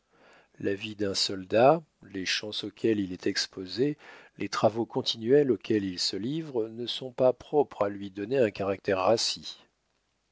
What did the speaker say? la vie d'un soldat les chances auxquelles il est exposé les travaux continuels auxquels il se livre ne sont pas propres à lui donner un caractère